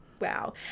Wow